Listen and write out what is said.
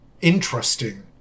interesting